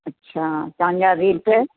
अच्छा तव्हांजा रेट